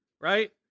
Right